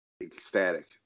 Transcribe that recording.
ecstatic